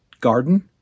garden